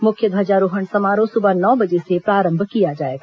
मुख्य ध्वजारोहण समारोह सुबह नौ बजे से प्रारंभ किया जाएगा